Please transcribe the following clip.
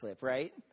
right